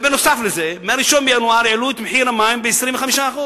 בנוסף, מ-1 בינואר העלו את מחיר המים ב-25%,